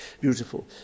beautiful